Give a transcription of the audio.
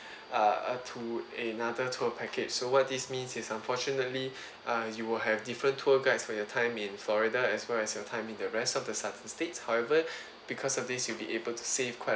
uh to another tour package so what this means is unfortunately uh you will have different tour guides for your time in florida as well as your time in the rest of the southern states however because of this you'll be able to save quite